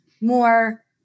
more